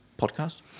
Podcast